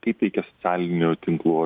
kaip veikia socialinių tinklų